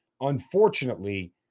unfortunately